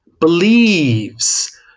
believes